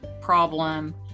problem